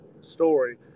story